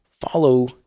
follow